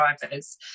drivers